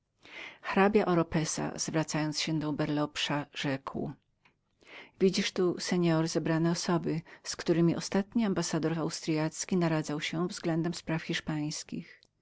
oropesa zwracając się do berlepsa rzekł widzisz tu seor zebrane osoby z któremi ostatni ambassador austryacki naradzał się względem spraw hiszpańskich